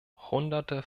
hunderte